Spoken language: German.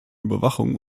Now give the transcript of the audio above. überwachung